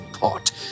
pot